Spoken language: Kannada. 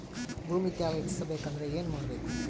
ಭೂಮಿ ತ್ಯಾವ ಹೆಚ್ಚೆಸಬೇಕಂದ್ರ ಏನು ಮಾಡ್ಬೇಕು?